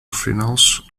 finals